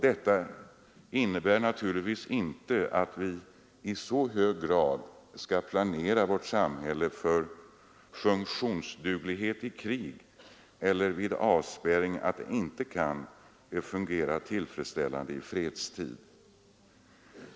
Detta innebär naturligtvis inte att vi i så hög grad skall planera vårt samhälle för funktionsduglighet i krig eller vid avspärrning att det inte kan fungera tillfredställande i fredstid.